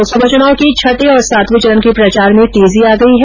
लोकसभा चुनाव के छठे और सातवें चरण के प्रचार में तेजी आ गई है